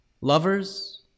Lovers